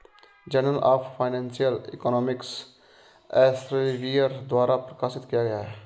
journal of financial economics Elsevier द्वारा प्रकाशित किया गया हैं